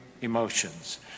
emotions